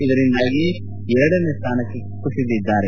ಇದರಿಂದಾಗಿ ಎರಡನೇ ಸ್ವಾನಕ್ಕೆ ಇಳಿದಿದ್ದಾರೆ